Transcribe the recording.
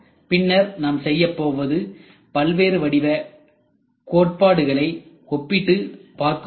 பின்னர் நாம் செய்யப்போவது பல்வேறு வடிவ கோட்பாடுகளை ஒப்பிட்டு பார்க்க உள்ளோம்